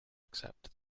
accept